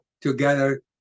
together